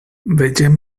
vegem